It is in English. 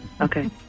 Okay